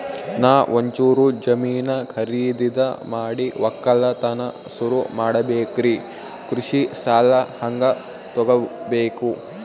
ನಾ ಒಂಚೂರು ಜಮೀನ ಖರೀದಿದ ಮಾಡಿ ಒಕ್ಕಲತನ ಸುರು ಮಾಡ ಬೇಕ್ರಿ, ಕೃಷಿ ಸಾಲ ಹಂಗ ತೊಗೊಬೇಕು?